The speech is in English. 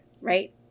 right